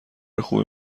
خوبی